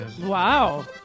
Wow